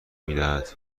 میدهد